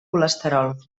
colesterol